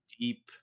deep